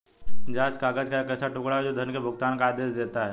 जाँच काग़ज़ का एक ऐसा टुकड़ा, जो धन के भुगतान का आदेश देता है